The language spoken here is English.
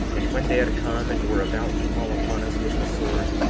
and when they had come and were about to fall upon us with the sword,